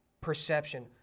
perception